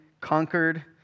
conquered